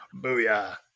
Booyah